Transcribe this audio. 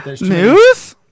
News